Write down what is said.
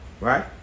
right